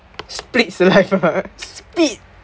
spit saliva spit